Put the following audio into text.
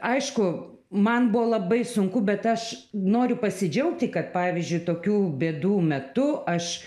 aišku man buvo labai sunku bet aš noriu pasidžiaugti kad pavyzdžiui tokių bėdų metu aš